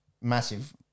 massive